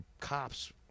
cops